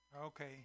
Okay